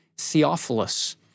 Theophilus